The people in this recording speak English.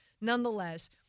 nonetheless